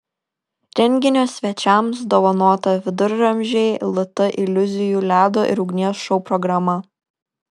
renginio svečiams dovanota viduramžiai lt iliuzijų ledo ir ugnies šou programa